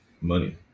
Money